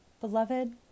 Beloved